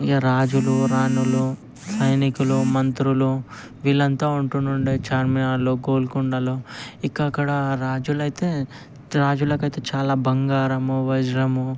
ఇక రాజులు రాణులు సైనికులు మంత్రులు వీళ్ళంతా ఉంటుండుండే చార్మినార్లో గోల్కొండలో ఇంక అక్కడ రాజులయితే రాజులకైతే చాలా బంగారము వజ్రము